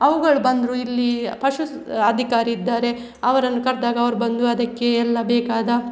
ಅವುಗಳು ಬಂದರು ಇಲ್ಲಿ ಪಶು ಸ್ ಅಧಿಕಾರಿ ಇದ್ದಾರೆ ಅವರನ್ನು ಕರೆದಾಗ ಅವರು ಬಂದು ಅದಕ್ಕೆ ಎಲ್ಲ ಬೇಕಾದ